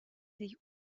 sich